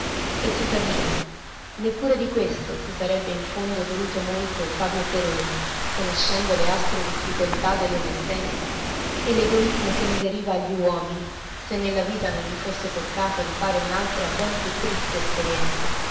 e tuttavia neppure di questo si sarebbe in fondo doluto molto fabio feroni conoscendo le aspre difficoltà dell'esistenza e l'egoismo che ne deriva agli uomini se nella vita non gli fosse toccato di fare un'altra ben più triste esperienza